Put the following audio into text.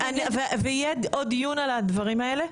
ויהיה עוד דיון על הדברים האלה.